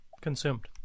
consumed